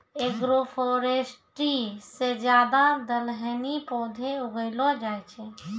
agroforestry से ज्यादा दलहनी पौधे उगैलो जाय छै